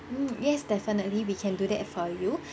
mm yes definitely we can do that for you